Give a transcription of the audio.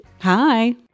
Hi